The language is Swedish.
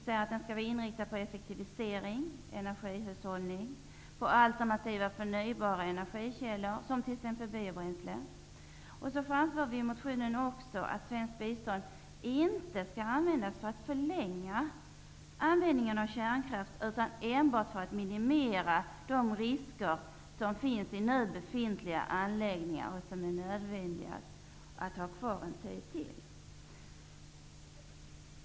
Denna bör vara inriktad på effektivisering, energihushållning och alternativa förnybara energikällor, som biobränsle. I motionen framför vi också att svenskt bistånd inte skall användas för att förlänga användningen av kärnkraft, utan enbart för att minimera de risker som finns i nu befintliga anläggningar, som det är nödvändigt att ha kvar en tid.